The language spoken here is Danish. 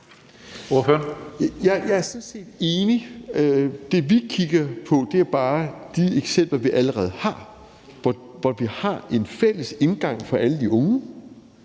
(RV): Jeg er sådan set enig. Det, vi kigger på, er jo bare de eksempler, vi allerede har, hvor vi har en fælles indgang for alle de unge.